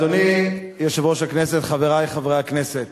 אדוני יושב-ראש הכנסת, חברי חברי הכנסת,